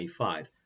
25